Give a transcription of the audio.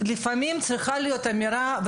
לפעמים צריכה להיות אמירה.